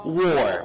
war